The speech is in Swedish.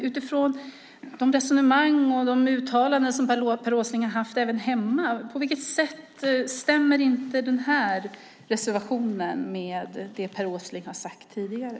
Utifrån de resonemang och uttalanden som Per Åsling har haft hemma undrar jag: På vilket sätt stämmer inte den här reservationen med det Per Åsling har sagt tidigare?